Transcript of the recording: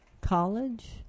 College